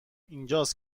اینجاست